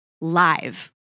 live